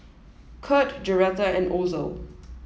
Curt Joretta and Ozell